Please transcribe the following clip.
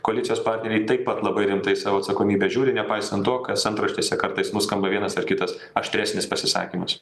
koalicijos partneriai taip pat labai rimtai į savo atsakomybę žiūri nepaisant to kas antraštėse kartais nuskamba vienas ar kitas aštresnis pasisakymas